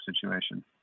situation